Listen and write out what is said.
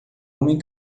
homem